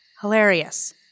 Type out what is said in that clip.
Hilarious